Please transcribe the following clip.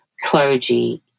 clergy